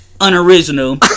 unoriginal